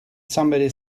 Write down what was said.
somebody